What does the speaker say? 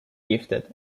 gifted